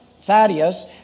Thaddeus